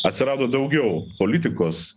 atsirado daugiau politikos